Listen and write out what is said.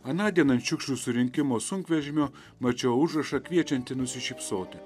anądien ant šiukšlių surinkimo sunkvežimio mačiau užrašą kviečiantį nusišypsoti